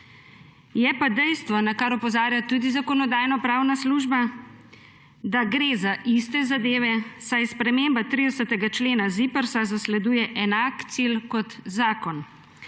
Je pa dejstvo, na kar opozarja tudi Zakonodajno-pravna služba, da gre za iste zadeve, saj sprememba 30. člena ZIPRS zasleduje enak cilj kot zakon